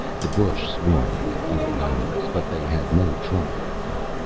the bush swarmed with other animals, but they had no trouble with them.